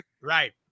right